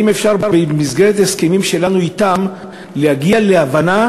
האם אפשר במסגרת הסכמים שלנו אתם להגיע להבנה